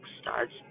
starts